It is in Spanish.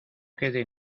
quede